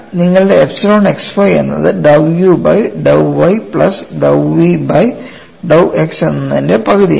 നിങ്ങളുടെ epsilon x y എന്നത് dou u by dou y plus dou v by dou x എന്നതിൻറെ പകുതിയാണ്